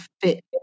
fit